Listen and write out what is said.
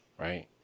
right